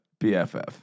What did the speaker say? BFF